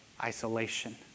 isolation